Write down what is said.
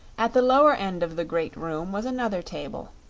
at the lower end of the great room was another table,